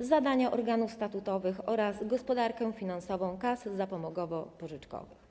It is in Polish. zadania organów statutowych oraz gospodarkę finansową kas zapomogowo-pożyczkowych.